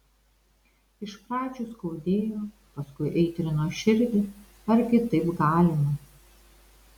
iš pradžių skaudėjo paskui aitrino širdį argi taip galima